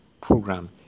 Program